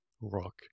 rock